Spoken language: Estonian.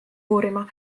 uurima